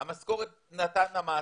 את המשכורת נתן לו המעסיק,